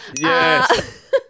Yes